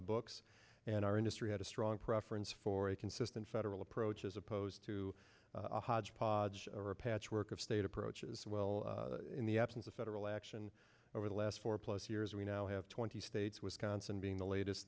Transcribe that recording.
the books and our industry had a strong preference for a consistent federal approach as opposed to a hodgepodge or a patchwork of state approach as well in the absence of federal action over the last four plus years now have twenty states wisconsin being the latest